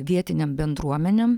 vietinėm bendruomenėm